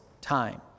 time